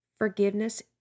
Forgiveness